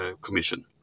commission